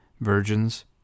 virgins